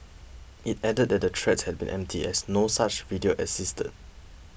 it added that the the threats had been empty as no such video existed